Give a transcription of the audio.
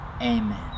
Amen